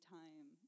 time